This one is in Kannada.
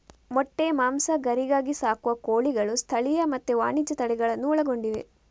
ಮೊಟ್ಟೆ, ಮಾಂಸ, ಗರಿಗಾಗಿ ಸಾಕುವ ಕೋಳಿಗಳು ಸ್ಥಳೀಯ ಮತ್ತೆ ವಾಣಿಜ್ಯ ತಳಿಗಳನ್ನೂ ಒಳಗೊಂಡಿವೆ